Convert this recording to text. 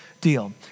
deal